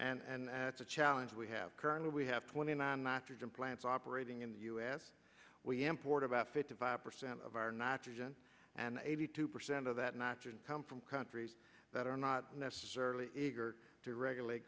as a challenge we have currently we have twenty nine nitrogen plants operating in the u s we import about fifty five percent of our nitrogen and eighty two percent of that natural come from countries that are not necessarily eager to regulate